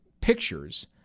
pictures